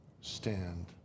stand